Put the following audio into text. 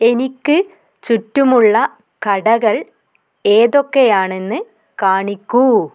എനിക്ക് ചുറ്റുമുള്ള കടകൾ ഏതൊക്കെയാണെന്ന് കാണിക്കൂ